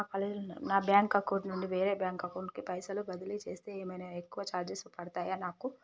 నా bank account నుండి వేరే బ్యాంక్ అకౌంట్ కి పైసల్ బదిలీ చేస్తే ఏమైనా ఎక్కువ చార్జెస్ పడ్తయా నాకు?